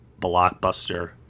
blockbuster